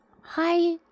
hi